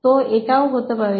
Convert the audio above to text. তো এটাও হতে পারে